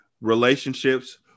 relationships